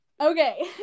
Okay